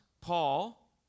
Paul